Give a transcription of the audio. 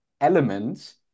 elements